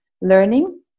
learning